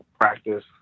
practice